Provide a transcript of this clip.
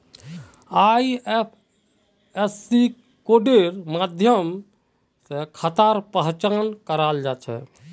IFSC कोडेर माध्यम खातार पहचान कराल जा छेक